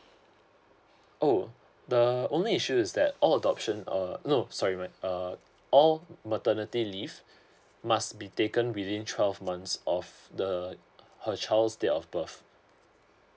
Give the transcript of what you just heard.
oh the only issue is that all the options uh no sorry right uh all maternity leave must be taken within twelve months of the her child's date of birth